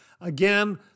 Again